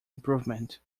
improvement